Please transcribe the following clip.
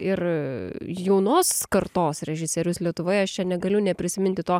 ir jaunos kartos režisierius lietuvoje aš čia negaliu neprisiminti to